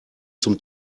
zum